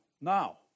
Now